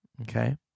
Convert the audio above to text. Okay